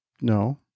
no